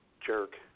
jerk